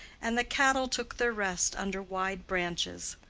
and the cattle took their rest under wide branches.